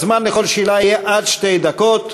הזמן לכל שאלה יהיה עד שתי דקות,